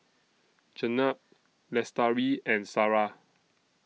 Jenab Lestari and Sarah